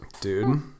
Dude